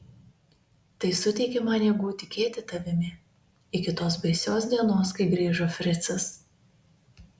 tai suteikė man jėgų tikėti tavimi iki tos baisios dienos kai grįžo fricas